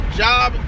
job